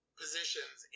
positions